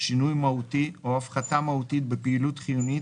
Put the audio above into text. שינוי מהותי או הפחתה מהותית בפעילות חיונית